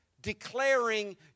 declaring